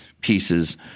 pieces